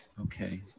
Okay